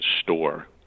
store